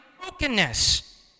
brokenness